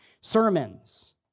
sermons